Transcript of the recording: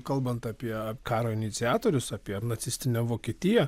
kalbant apie karo iniciatorius apie nacistinę vokietiją